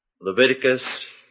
Leviticus